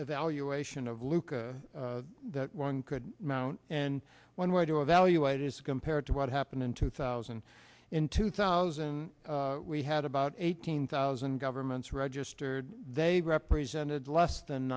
evaluation of lucca that one could mount and one way to evaluate is compared to what happened in two thousand in two thousand we had about eighteen thousand governments registered they represented less than